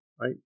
right